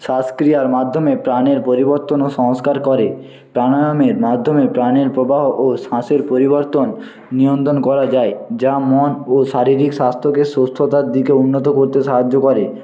শ্বাসক্রিয়ার মাধ্যমে প্রাণের পরিবর্তন ও সংস্কার করে প্রাণায়ামের মাধ্যমে প্রাণের প্রবাহ ও শ্বাসের পরিবর্তন নিয়ন্তণ করা যায় যা মন ও শারীরিক স্বাস্থ্যকে সুস্থতার দিকে উন্নত করতে সাহায্য করে